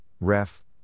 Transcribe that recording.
ref